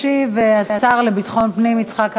ישיב השר לביטחון פנים יצחק אהרונוביץ?